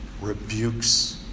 rebukes